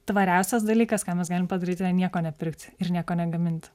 tvariausias dalykas ką mes galim padaryti nieko nepirkti ir nieko negaminti